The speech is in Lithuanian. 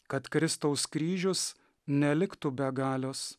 kad kristaus kryžius neliktų be galios